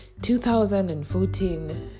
2014